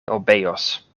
obeos